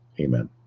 Amen